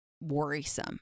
worrisome